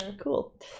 cool